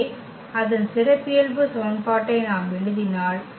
எனவே அதன் சிறப்பியல்பு சமன்பாட்டை நாம் எழுதினால்